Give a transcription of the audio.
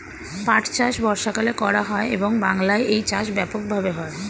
পাট চাষ বর্ষাকালে করা হয় এবং বাংলায় এই চাষ ব্যাপক ভাবে হয়